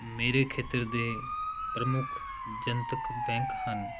ਮੇਰੇ ਖੇਤਰ ਦੇ ਪ੍ਰਮੁੱਖ ਜਨਤਕ ਬੈਂਕ ਹਨ